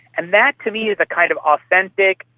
and that to me is a kind of authentic,